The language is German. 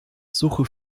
suche